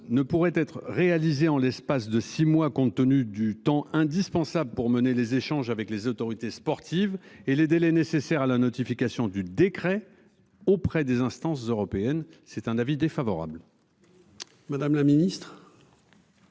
ne pourrait être réalisée en l'espace de six mois compte tenu du temps indispensable pour mener les échanges avec les autorités sportives et les délais nécessaires à la notification du décret. Auprès des instances européennes, c'est un avis défavorable. Madame la Ministre.